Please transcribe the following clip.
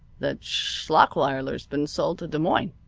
that schlachweiler's been sold to des moines.